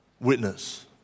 witness